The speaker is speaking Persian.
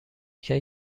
کرد